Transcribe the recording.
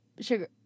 Sugar